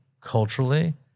culturally